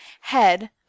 head